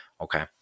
Okay